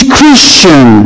Christian